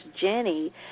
Jenny